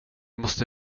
måste